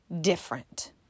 different